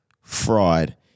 fraud